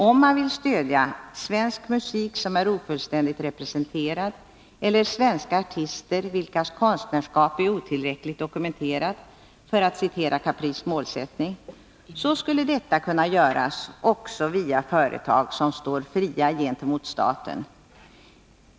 Om man vill stödja ”svensk musik som är ofullständigt representerad eller svenska artister vilkas konstnärskap är otillräckligt dokumenterat” — för att citera Caprices målsättning — skulle detta kunna göras också via företag som står fria gentemot staten.